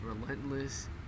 relentless